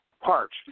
parts